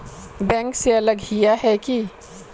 Bank से अलग हिये है की?